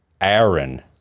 Aaron